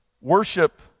worship